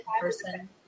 person